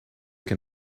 can